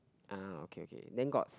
uh okay okay then got